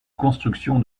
construction